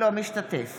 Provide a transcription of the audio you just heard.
אינו משתתף